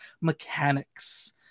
mechanics